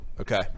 okay